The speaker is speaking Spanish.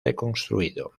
reconstruido